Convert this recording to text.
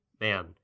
man